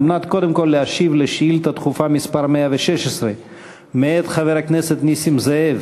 על מנת להשיב על שאילתה דחופה מס' 116 מאת חבר הכנסת נסים זאב